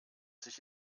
sich